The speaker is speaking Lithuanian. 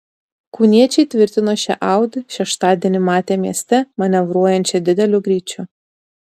kauniečiai tvirtino šią audi šeštadienį matę mieste manevruojančią dideliu greičiu